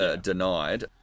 denied